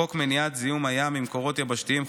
חוק מניעת זיהום הים ממקורות יבשתיים,